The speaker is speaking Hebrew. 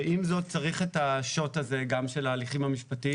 ועם זאת צריך את השוט הזה גם של ההליכים המשפטיים